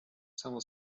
samo